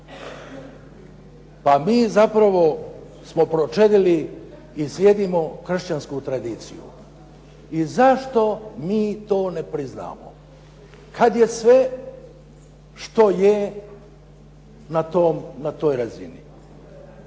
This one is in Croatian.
se ne razumije./… i slijedimo kršćansku tradiciju. I zašto mi to ne priznamo kad je sve što je na toj razini?